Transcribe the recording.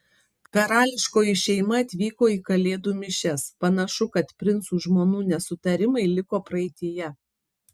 karališkoji šeima atvyko į kalėdų mišias panašu kad princų žmonų nesutarimai liko praeityje